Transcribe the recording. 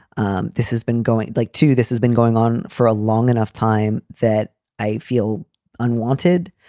um this has been going like to this has been going on for a long enough time that i feel unwanted.